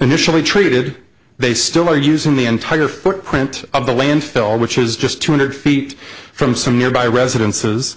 initially treated they still are using the entire footprint of the landfill which is just two hundred feet from some nearby residences